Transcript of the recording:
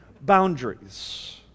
boundaries